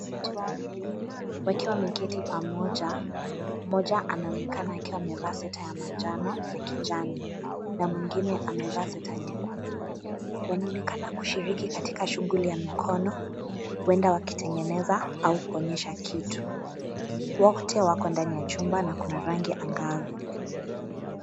Watu wawili wakiwa wameketi pamoja, mmoja anaonekana akiwa amevaa sweta ya manjano na kijani na mwingine amevaa sweta nyekundu. Wanaonekana kushiriki katika shughuli ya mikono, huenda wakitengeneza au kuonyesha kitu. Wote wako ndani ya chumba na kuna rangi angavu.